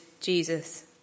Jesus